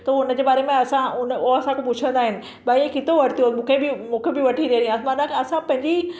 त उनजे बारे में असां उ असां खे पुछंदा आहिनि भई किथां वरितो मूंखे बि मूंखे बि वठी ॾिए माना असां पंहिंजी